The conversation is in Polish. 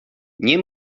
nie